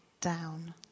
down